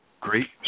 great